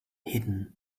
hidden